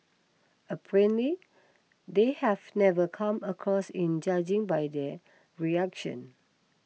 apparently they have never come across in judging by their reaction